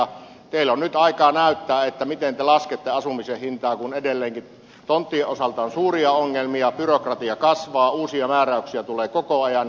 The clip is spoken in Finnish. teillä on nyt aikaa näyttää miten te laskette asumisen hintaa kun edelleenkin tonttien osalta on suuria ongelmia byrokratia kasvaa uusia määräyksiä tulee koko ajan